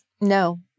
No